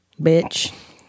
bitch